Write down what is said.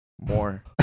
more